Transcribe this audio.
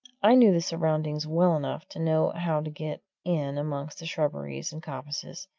i knew the surroundings well enough to know how to get in amongst the shrubberies and coppices